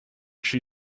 she